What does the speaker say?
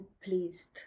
pleased